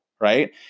right